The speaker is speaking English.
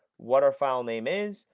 what our filename is,